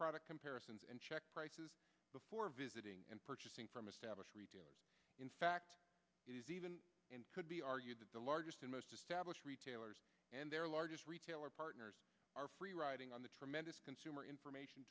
product comparisons and check prices before visiting and purchasing from established retailers in fact it is even and could be argued that the largest and most established retailers and their largest retailer partners are free riding on the tremendous consumer information